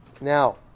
Now